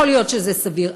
יכול להיות שזה סביר,